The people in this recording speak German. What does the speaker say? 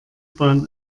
bahn